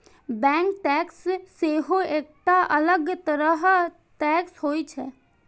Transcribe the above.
bank tax सेहो एकटा अलग तरह टैक्स होइ छै